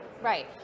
Right